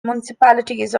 municipalities